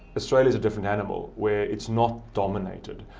australia is a different animal where it's not dominated,